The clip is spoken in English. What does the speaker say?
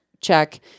check